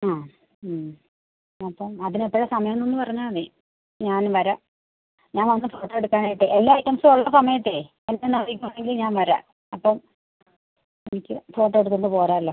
ആ മ് അപ്പം അതിന് എപ്പോഴാണ് സമയമെന്നൊന്ന് പറഞ്ഞാൽ മതി ഞാൻ വരാം ഞാൻ വന്നിട്ട് ഫോട്ടോ എടുക്കാനായിട്ട് എല്ലാ ഐറ്റംസും ഉള്ള സമയത്ത് എന്നെ ഒന്നറിയിക്കുകയാണെങ്കിൽ ഞാൻ വരാം അപ്പം എനിക്ക് ഫോട്ടോ എടുത്തുകൊണ്ട് പോരാമല്ലോ